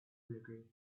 little